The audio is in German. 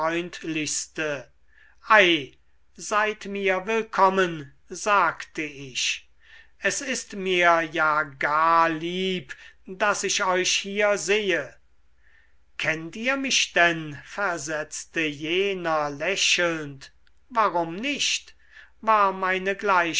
seid mir willkommen sagte ich es ist mir ja gar lieb daß ich euch hier sehe kennt ihr mich denn versetzte jener lächelnd warum nicht war meine